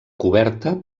coberta